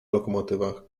lokomotywach